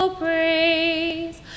praise